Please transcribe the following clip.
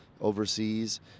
overseas